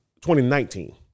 2019